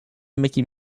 mickey